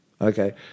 okay